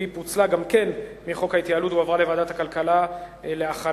והיא פוצלה גם כן מחוק ההתייעלות והועברה לוועדת הכלכלה להכנה,